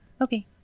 Okay